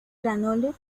granollers